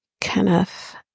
Kenneth